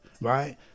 right